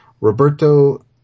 Roberto